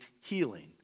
healing